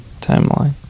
Timeline